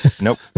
Nope